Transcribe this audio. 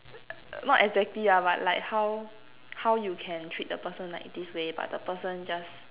err not exactly lah but like how how you can treat the person like this way but the person just